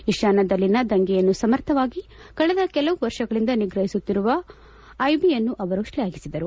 ಈಶಾನ್ಯದಲ್ಲಿನ ದಂಗೆಯನ್ನು ಸಮರ್ಥವಾಗಿ ಕಳೆದ ಕೆಲವು ವರ್ಷಗಳಿಂದ ನಿಗ್ರಹಿಸುತ್ತಿರುವ ಐಬಿಯನ್ನು ಅವರು ಶ್ಲಾಘಿಸಿದರು